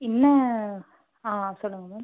என்ன ஆ சொல்லுங்கள் மேம்